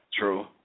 True